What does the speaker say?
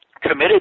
committed